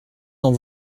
dans